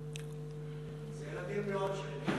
זה נדיר מאוד שהוא,